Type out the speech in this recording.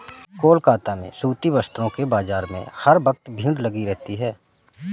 कोलकाता में सूती वस्त्रों के बाजार में हर वक्त भीड़ लगी रहती है